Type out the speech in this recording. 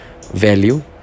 Value